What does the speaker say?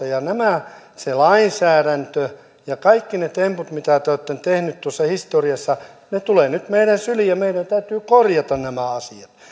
ja se lainsäädäntö ja kaikki ne temput mitä te olette tehneet tuossa historiassa tulevat nyt meidän syliimme ja meidän täytyy korjata nämä asiat